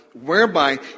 whereby